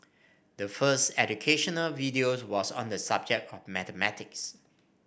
the first educational video was on the subject of mathematics